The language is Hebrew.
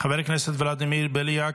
חבר הכנסת ולדימיר בליאק,